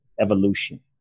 evolution